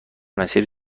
مسیر